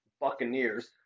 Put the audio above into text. Buccaneers